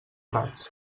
raig